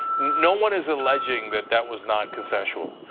no one is alleging that that was not consensual.